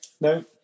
no